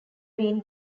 been